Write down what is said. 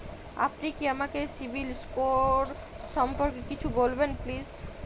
আপনি কি আমাকে সিবিল স্কোর সম্পর্কে কিছু বলবেন প্লিজ?